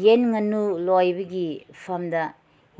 ꯌꯦꯟ ꯉꯥꯅꯨ ꯂꯣꯏꯕꯒꯤ ꯐꯥꯝꯗ